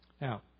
Now